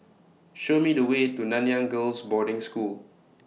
Show Me The Way to Nanyang Girls' Boarding School